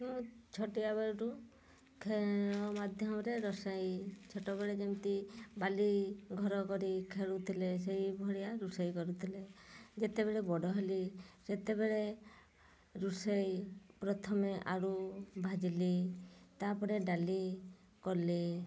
ମୁଁ ଛୁଟିଆ ବେଳରୁ ଖେଳ ମାଧ୍ୟ୍ୟମରେ ରୋଷେଇ ଛୋଟ ବେଳେ ଯେମିତି ବାଲି ଘର ଗଢ଼ି ଖେଳୁଥିଲେ ସେଇଭଳିଆ ରୋଷେଇ କରିଥିଲି ଯେତେବେଳେ ବଡ଼ ହେଲି ସେତେବେଳେ ରୋଷେଇ ପ୍ରଥମେ ଆଳୁ ଭାଜିଲି ତା'ପରେ ଡ଼ାଲି କଲି